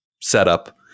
setup